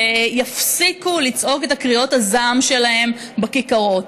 יפסיקו לצעוק את קריאות הזעם שלהם בכיכרות.